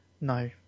no